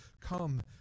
come